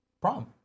prom